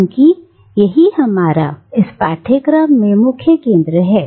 क्योंकि यही हमारा इस पाठ्यक्रम में मुख्य केंद्र है